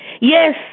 Yes